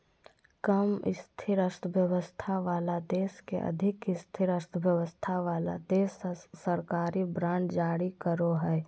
कम स्थिर अर्थव्यवस्था वाला देश के अधिक स्थिर अर्थव्यवस्था वाला देश सरकारी बांड जारी करो हय